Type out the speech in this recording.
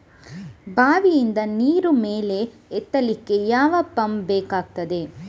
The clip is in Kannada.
ಬಾವಿಯಿಂದ ನೀರು ಮೇಲೆ ಎತ್ತಲಿಕ್ಕೆ ಯಾವ ಪಂಪ್ ಬೇಕಗ್ತಾದೆ?